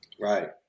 Right